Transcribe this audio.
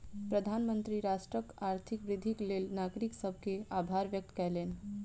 प्रधानमंत्री राष्ट्रक आर्थिक वृद्धिक लेल नागरिक सभ के आभार व्यक्त कयलैन